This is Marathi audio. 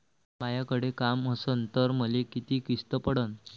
मायाकडे काम असन तर मले किती किस्त पडन?